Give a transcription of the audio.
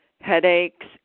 headaches